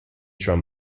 drum